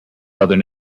other